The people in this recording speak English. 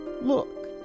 look